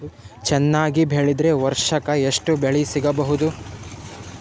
ಚೆನ್ನಾಗಿ ಬೆಳೆದ್ರೆ ವರ್ಷಕ ಎಷ್ಟು ಬೆಳೆ ಸಿಗಬಹುದು?